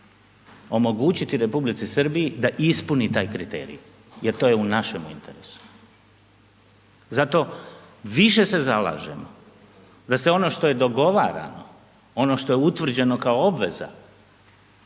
omogućiti Republici Srbiji da ispuni taj kriterij jer to je u našem interesu. Zato više se zalažemo da sve ono što je dogovarano, ono što je utvrđeno kao obveza